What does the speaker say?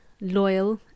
loyal